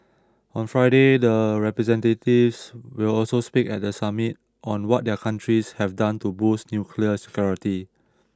on Friday the representatives will also speak at the summit on what their countries have done to boost nuclear security